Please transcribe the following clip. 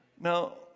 Now